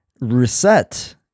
reset